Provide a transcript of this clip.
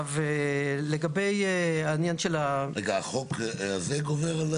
לגבי העניין של ה --- רגע, החוק הזה גובר?